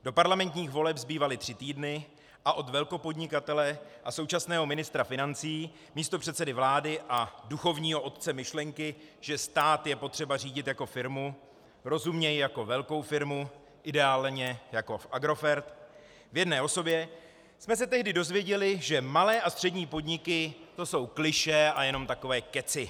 Do parlamentních voleb zbývaly tři týdny a od velkopodnikatele a současného ministra financí, místopředsedy vlády a duchovního otce myšlenky, že stát je potřeba řídit jako firmu, rozuměj jako velkou firmu, ideálně jako Agrofert, v jedné osobě jsme se tehdy dozvěděli, že malé a střední podniky jsou klišé a jenom takové kecy.